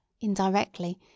indirectly